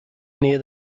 near